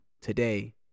today